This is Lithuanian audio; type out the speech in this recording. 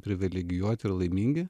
privilegijuoti ir laimingi